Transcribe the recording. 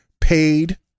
paid